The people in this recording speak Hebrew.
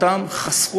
חסך